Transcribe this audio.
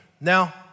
Now